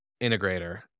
integrator